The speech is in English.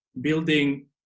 building